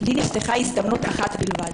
לי נפתחה הזדמנות אחת בלבד,